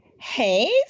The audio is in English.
Hey